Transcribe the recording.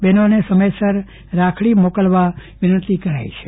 બહેનોએ સમયસર રાખડી મોકલવા વિનંતી કરાઈ છે